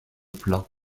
plats